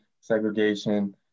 segregation